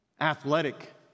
athletic